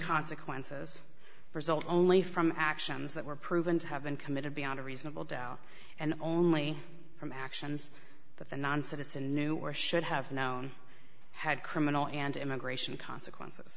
consequences result only from actions that were proven to have been committed beyond a reasonable doubt and only from actions that the non citizen knew or should have known had criminal and immigration consequences